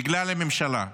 בגלל לממשלה.